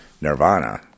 nirvana